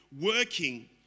working